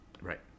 right